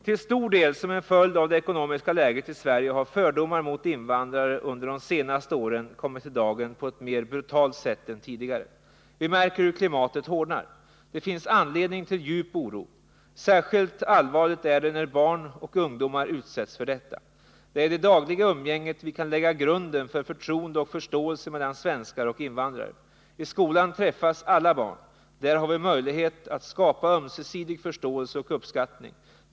Till stor del som en följd av det ekonomiska läget i Sverige har fördomar mot invandrare under de senaste åren kommit i dagen på ett mer brutalt sätt än tidigare. Vi märker hur klimatet hårdnar. Det finns anledning till djup oro. Särskilt allvarligt är det när barn och ungdomar utsätts för detta. Det är i det dagliga umgänget vi kan lägga grunden för förtroende och förståelse mellan svenskar och invandrare. I skolan träffas alla barn. Där har vi möjlighet att skapa ömsesidig förståelse och uppskattning.